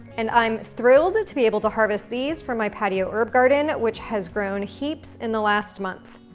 and i'm thrilled to be able to harvest these from my patio herb garden, which has grown heaps in the last month.